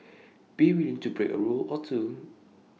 be willing to break A rule or two